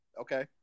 Okay